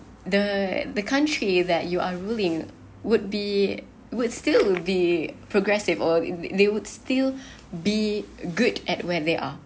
the the country that you are ruling would be would still will be progressive or they would still be good at where they are